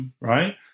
right